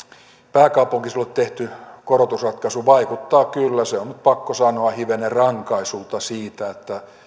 pääkaupunkiseudulle tehty korotusratkaisu vaikuttaa kyllä se on nyt pakko sanoa hivenen rankaisulta siitä että